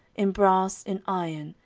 in brass, in iron,